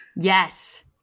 Yes